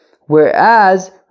Whereas